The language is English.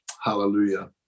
Hallelujah